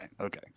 okay